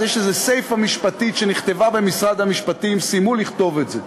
סיפה משפטית שנכתבה במשרד המשפטים וסיימו לכתוב את זה.